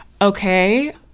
okay